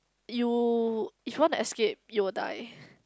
you if you want to escape you will die